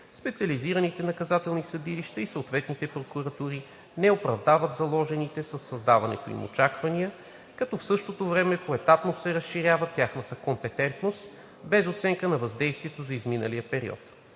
специализираните наказателни съдилища и съответните прокуратури не оправдават заложените със създаването им очаквания, като в същото време поетапно се разширява тяхната компетентност без оценка на въздействието за изминалия период.